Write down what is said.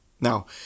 Now